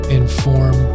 inform